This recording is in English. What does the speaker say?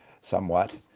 somewhat